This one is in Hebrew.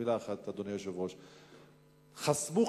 הוא שחסמו,